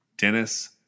Dennis